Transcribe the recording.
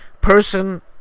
person